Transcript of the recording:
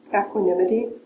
equanimity